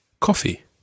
coffee